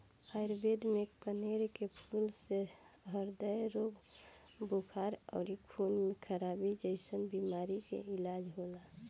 आयुर्वेद में कनेर के फूल से ह्रदय रोग, बुखार अउरी खून में खराबी जइसन बीमारी के इलाज होला